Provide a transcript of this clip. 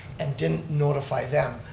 and didn't notify them,